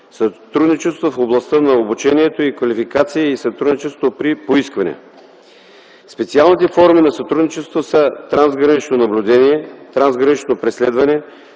сътрудничество в областта на обучението и квалификацията и сътрудничество при поискване. Специалните форми на сътрудничество са трансгранично наблюдение; трансгранично преследване;